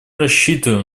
рассчитываем